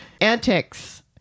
antics